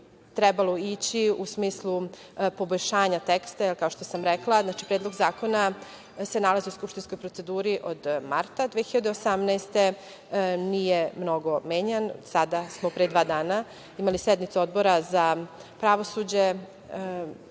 trebalo ići u smislu poboljšanja teksta, jer kao što sam rekla, predlog zakona se nalazi u skupštinskoj proceduri od marta 2018. godine. Nije mnogo menjan. Sada smo pre dva dana imali sednicu Odbora za pravosuđe,